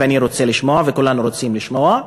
ואני רוצה לשמוע וכולנו רוצים לשמוע.